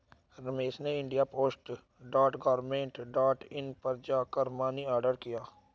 रमेश ने India post dot government dot in पर जा कर मनी ऑर्डर किया